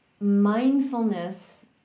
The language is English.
mindfulness